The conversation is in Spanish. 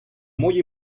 muy